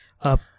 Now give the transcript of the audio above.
up